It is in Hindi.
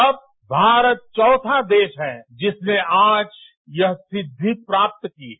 अब भारत चौथा देश है जिसने आज यह सिद्दी प्राप्त की है